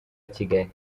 kigali